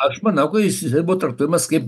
aš manau kad jisai buvo traktuojamas kaip